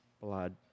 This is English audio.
blood